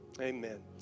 Amen